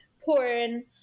porn